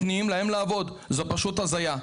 זו פשוט הזיה,